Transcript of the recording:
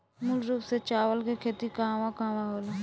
मूल रूप से चावल के खेती कहवा कहा होला?